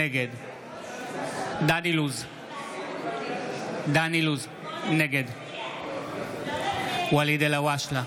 נגד דן אילוז, נגד ואליד אלהואשלה,